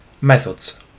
Methods